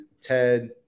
Ted